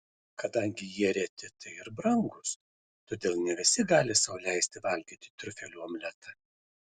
kadangi jie reti tai ir brangūs todėl ne visi gali sau leisti valgyti triufelių omletą